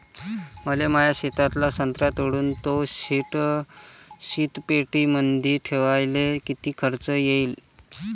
मले माया शेतातला संत्रा तोडून तो शीतपेटीमंदी ठेवायले किती खर्च येईन?